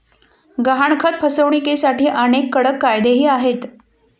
गहाणखत फसवणुकीसाठी अनेक कडक कायदेही आहेत